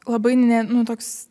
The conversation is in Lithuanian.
labai ne toks